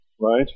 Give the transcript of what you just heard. Right